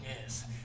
Yes